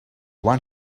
one